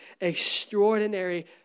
extraordinary